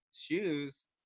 shoes